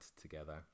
together